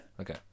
Okay